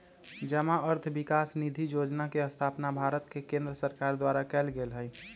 जमा अर्थ विकास निधि जोजना के स्थापना भारत के केंद्र सरकार द्वारा कएल गेल हइ